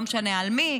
לא משנה על מי,